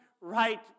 right